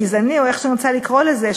גזעני או איך שאני רוצה לקרוא לזה,